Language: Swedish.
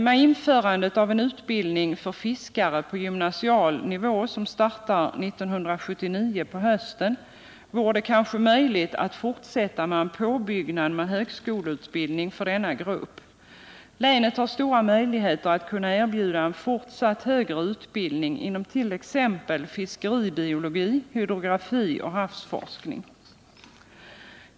Med införandet av en utbildning för fiskare på gymnasial nivå, som startar 1979 på hösten, vore det kanske möjligt att fortsätta med en påbyggnad med högskoleutbildning för denna grupp. Länet har stora möjligheter att erbjuda en fortsatt högre utbildning inom t.ex. fiskeribiologi, hydrografi och havsforskning.